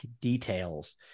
details